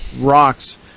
rocks